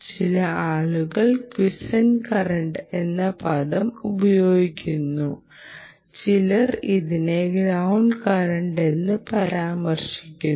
ചില ആളുകൾ quiescent current എന്ന പദം ഉപയോഗിക്കുന്നു ചിലർ ഇതിനെ ഗ്രൌണ്ട് കറന്റ് എന്ന് പരാമർശിക്കുന്നു